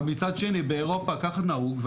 אבל מצד שני באירופה ככה נהוג.